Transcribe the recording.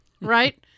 right